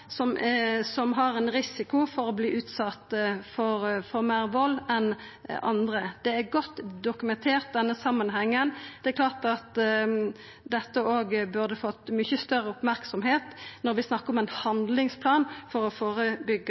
barn som har ein større risiko for å verta utsette for vald enn andre. Denne samanhengen er godt dokumentert. Dette burde òg fått mykje større merksemd når vi snakkar om ein handlingsplan for å